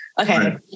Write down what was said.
Okay